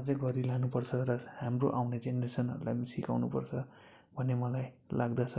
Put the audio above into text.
अझै गरी लानुपर्छ र हाम्रो आउने जेनरेसनहरूलाई पनि सिकाउनु पर्छ भन्ने मलाई लाग्दछ